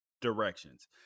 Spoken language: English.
directions